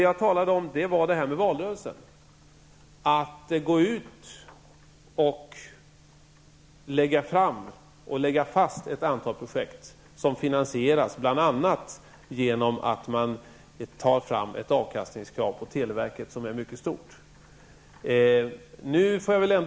Jag talade om att man under valrörelsen hade lagt fram föslag och beslutat om ett antal projekt, som skulle finansieras bl.a. genom att man ställde krav på en mycket stor avkastning för televeket.